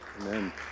Amen